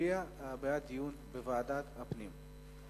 מצביע בעד דיון בוועדת הפנים.